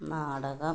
നാടകം